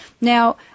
Now